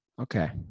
Okay